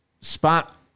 spot